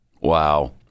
Wow